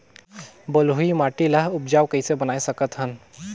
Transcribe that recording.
बलुही माटी ल उपजाऊ कइसे बनाय सकत हन?